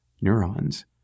neurons